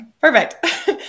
Perfect